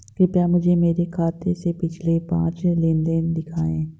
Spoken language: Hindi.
कृपया मुझे मेरे खाते से पिछले पांच लेनदेन दिखाएं